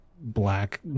black